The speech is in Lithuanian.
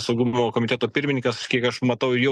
saugumo komiteto pirminykas kiek aš matau ir jau